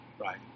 Right